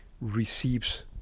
receives